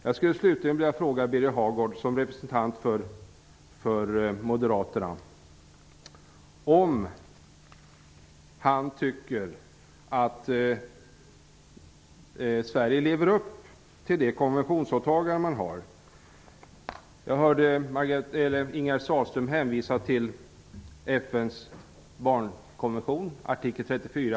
Jag skulle slutligen vilja fråga Birger Hagård som representant för Moderaterna, om han tycker att Sverige lever upp till de konventionsåtaganden man har gjort. Ingegerd Sahlström hänvisade till FN:s barnkonvention, artikel 34.